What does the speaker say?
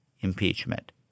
impeachment